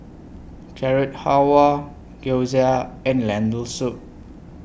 Carrot Halwa Gyoza and Lentil Soup